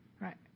right